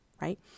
right